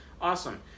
awesome